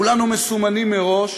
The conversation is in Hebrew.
כולנו מסומנים מראש